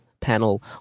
Panel